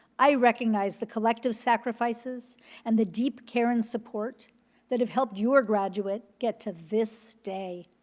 i recognize the collective sacrifices and the deep caring support that have helped your graduate get to this day.